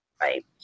right